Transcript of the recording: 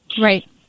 Right